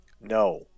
no